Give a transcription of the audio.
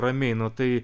ramiai nu tai